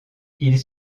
ils